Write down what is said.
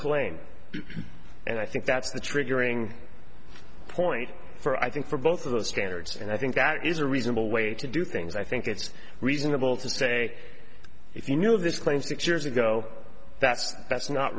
claim and i think that's the triggering point for i think for both of the standards and i think that is a reasonable way to do things i think it's reasonable to say if you knew of this claim six years ago that's that's not